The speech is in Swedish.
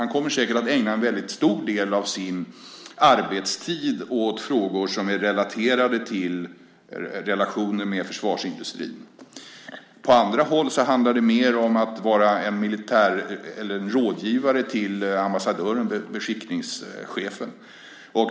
Han kommer säkert att ägna en stor del av sin arbetstid åt frågor som är relaterade till relationen med försvarsindustrin. På andra håll handlar det mer om att vara rådgivare till ambassadören, beskickningschefen.